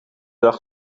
dag